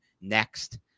next